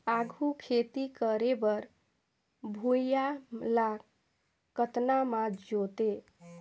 आघु खेती करे बर भुइयां ल कतना म जोतेयं?